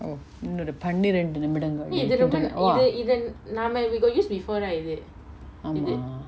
oh இன்னொரு பன்னிரெண்டு நிமிடங்கள் இருகின்றன:innoru pannirendu nimidangal irukinrana oh ஆமா:aama